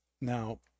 Now